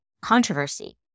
controversy